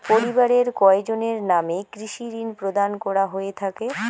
পরিবারের কয়জনের নামে কৃষি ঋণ প্রদান করা হয়ে থাকে?